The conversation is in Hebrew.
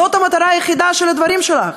זאת המטרה היחידה של הדברים שלך.